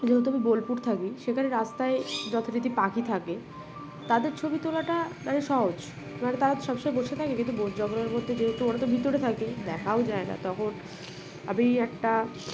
যেহেতু আমি বোলপুর থাকি সেখানে রাস্তায় যথারীতি পাখি থাকে তাদের ছবি তোলাটা মানে সহজ মানে তারা সবসময় বসে থাকে কিন্তু জঙ্গলের মধ্যে যেহেতু অরা তো ভিতরে থাকি দেখাও যায় না তখন আমি একটা